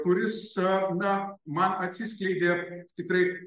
kuris na man atsiskleidė tikrai